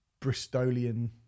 Bristolian